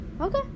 okay